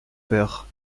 père